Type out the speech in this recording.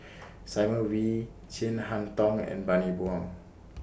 Simon Wee Chin Harn Tong and Bani Buang